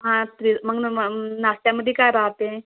हां त्रि मग न म नं नाश्त्यामध्ये काय राहते